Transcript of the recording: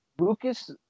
Lucas